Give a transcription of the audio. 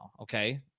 Okay